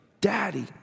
Daddy